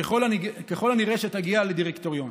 ככל הנראה תגיע לדירקטוריון.